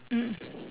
mm